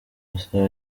masaha